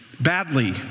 badly